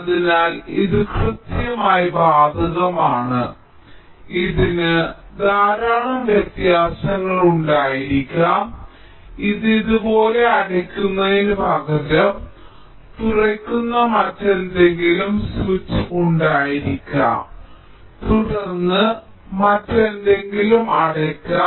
അതിനാൽ ഇത് കൃത്യമായി ബാധകമാണ് ഇതിന് ധാരാളം വ്യത്യാസങ്ങൾ ഉണ്ടായിരിക്കാം ഇത് ഇതുപോലെ അടയ്ക്കുന്നതിന് പകരം തുറക്കുന്ന മറ്റെന്തെങ്കിലും സ്വിച്ച് ഉണ്ടായിരിക്കാം തുടർന്ന് മറ്റെന്തെങ്കിലും അടയ്ക്കാം